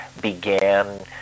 began